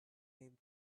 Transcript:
him